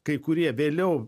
kai kurie vėliau